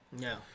No